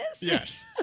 yes